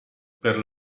per